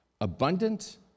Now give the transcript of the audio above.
abundant